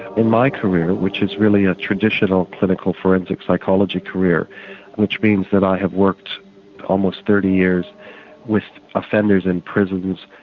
in my career which is really a traditional clinical forensic psychology career which means that i have worked almost thirty years with offenders in prisons,